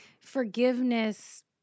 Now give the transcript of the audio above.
forgiveness